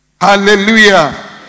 Hallelujah